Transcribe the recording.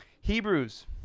Hebrews